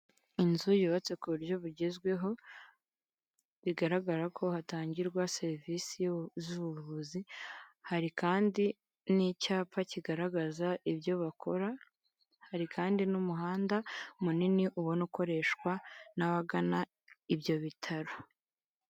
Inzu yubatse ku buryo bugezweho bigaragara ko hatangirwa serivisi z'ubuvuzi, hari kandi n'icyapa kigaragaza ibyo bakora, hari kandi n'umuhanda munini ubona ukoreshwa n'abagana ibyo bitaro.